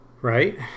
right